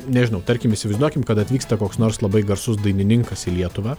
nežinau tarkim įsivaizduokim kad atvyksta koks nors labai garsus dainininkas į lietuvą